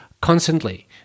Constantly